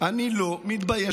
אני לא מתבייש.